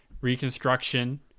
Reconstruction